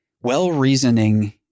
well-reasoning